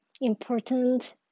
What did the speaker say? important